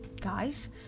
guys